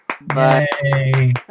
Bye